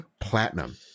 platinum